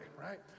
right